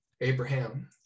Abraham